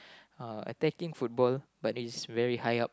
uh attacking football but it's very high up